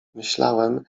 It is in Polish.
myślałem